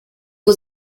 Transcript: was